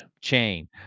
chain